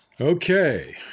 Okay